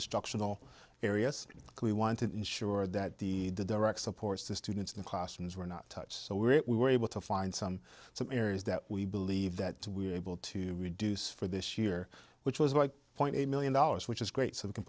instructional areas we want to ensure that the direct supports the students in classrooms were not touched so we're we were able to find some some areas that we believe that we are able to reduce for this year which was one point eight million dollars which is great so we can